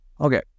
Okay